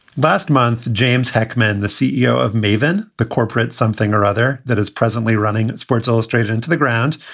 last month, james heckman, the ceo of maven, the corporate something or other that is presently running sports illustrated into the ground,